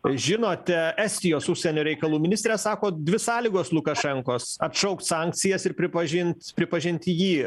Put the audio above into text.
žinote estijos užsienio reikalų ministrė sako dvi sąlygos lukašenkos atšaukt sankcijas ir pripažint pripažinti jį